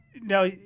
Now